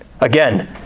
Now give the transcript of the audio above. Again